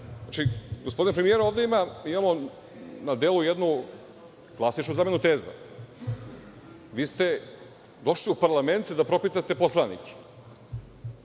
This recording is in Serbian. Gospodine premijeru, ovde imamo na delu jednu klasičnu zamenu teza. Vi ste došli u parlament da propitate poslanike.